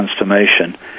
transformation